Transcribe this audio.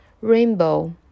rainbow